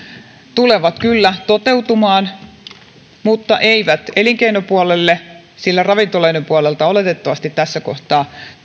tulevat kyllä toteutumaan mutta eivät elinkeinopuolelle sillä ravintoloiden puolelta oletettavasti tässä kohtaa